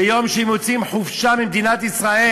ביום שהם יוצאים לחופשה ממדינת ישראל,